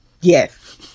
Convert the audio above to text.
Yes